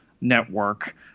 network